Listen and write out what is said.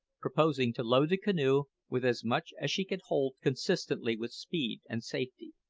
purposing to load the canoe with as much as she could hold consistently with speed and safety.